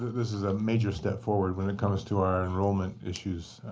this is a major step forward when it comes to our enrollment issues.